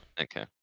Okay